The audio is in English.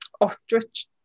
ostrich